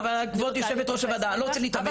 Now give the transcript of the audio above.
אבל כבוד יושבת ראש הוועדה, אני לא רוצה להתעמת.